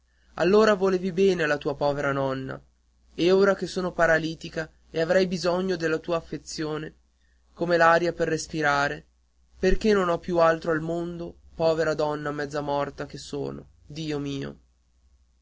allora volevi bene alla tua povera nonna e ora che sono paralitica e che avrei bisogno della tua affezione come dell'aria per respirare perché non ho più altro al mondo povera donna mezza morta che sono dio mio